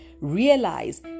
realize